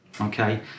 Okay